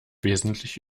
wesentlich